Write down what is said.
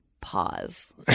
pause